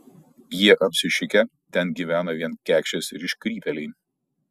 jie apsišikę ten gyvena vien kekšės ir iškrypėliai